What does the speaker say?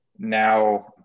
Now